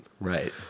Right